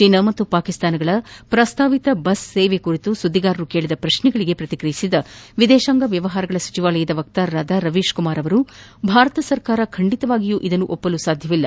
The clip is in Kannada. ಚೀನಾ ಮತ್ತು ಪಾಕಿಸ್ತಾನಗಳ ಪ್ರಸ್ತಾವಿತ ಬಸ್ ಸೇವೆ ಕುರಿತು ಸುದ್ದಿಗಾರರು ಹೇಳಿದ ಪ್ರಕ್ಷೆಗೆ ಪ್ರತಿಕ್ರಿಯಿಸಿದ ವಿದೇಶಾಂಗ ವ್ಚವಹಾರಗಳ ಸಚಿವಾಲಯದ ವಕ್ತಾರ ರವೀಶ್ ಕುಮಾರ್ ಭಾರತ ಸರ್ಕಾರ ಖಂಡಿತವಾಗಿಯೂ ಇದನ್ನು ಒಪ್ಪಲು ಸಾಧ್ಯವಿಲ್ಲ